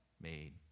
made